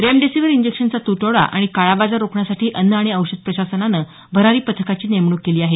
remdesivir इंजेक्शनचा तुटवडा आणि काळाबाजार रोखण्यासाठी अन्न आणि औषध प्रशासनाने भरारी पथकाची नेमणूक केली आहे